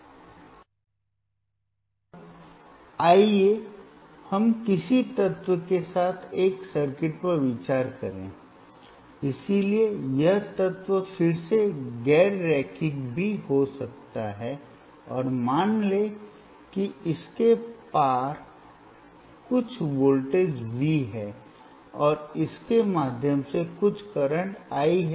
अब आइए हम किसी तत्व के साथ एक सर्किट पर विचार करें इसलिए यह तत्व फिर से गैर रैखिक भी हो सकता है और मान लें कि इसके पार कुछ वोल्टेज V है और इसके माध्यम से कुछ करंट I है